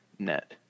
net